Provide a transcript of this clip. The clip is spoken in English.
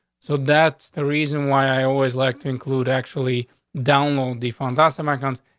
so that's the reason why i always like to include actually download defund us americans,